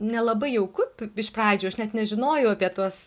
nelabai jauku iš pradžių aš net nežinojau apie tuos